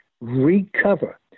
recover